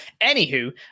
Anywho